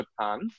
japan